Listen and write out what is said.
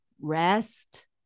rest